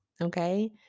okay